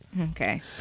okay